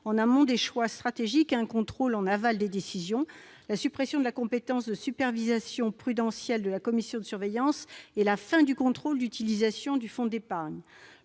en amont des choix stratégiques à un contrôle en aval des décisions, la suppression de la compétence de supervision prudentielle de la commission de surveillance et la fin du contrôle de l'utilisation du fonds d'épargne.